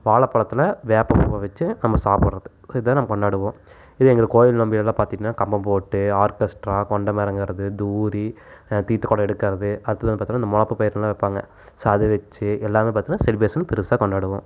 வாழப்பழத்தில் வேப்பம்பூவை வச்சு நம்ம சாப்பிடுறது இதான் நம்ம கொண்டாடுவோம் இதே எங்கள் கோயில் நோம்பிலல்லாம் பார்த்திங்கன்னா கம்பம் போட்டு ஆர்கெஸ்ட்ரா கொண்ட மேளம் ஏர்றது தூறி தீர்த்தை குடம் எடுக்கறது அடுத்தது வந்து பார்த்திங்கன்னா இந்த மாப்பு பயர்லாம் வைப்பாங்க ஸோ அதை வச்சி எல்லாமே பார்த்திங்கன்னா செலிப்ரேஷன் பெருசாக கொண்டாடுவோம்